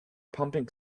pumping